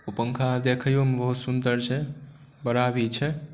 ओ पँखा देखैओमे बहुत सुन्दर छै बड़ा भी छै